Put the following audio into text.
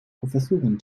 professoren